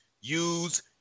use